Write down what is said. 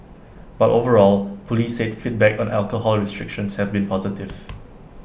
but overall Police said feedback on the alcohol restrictions has been positive